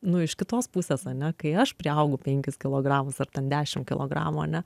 nu iš kitos pusės ane kai aš priaugu penkis kilogramus ar ten dešimt kilogramų ane